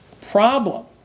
problem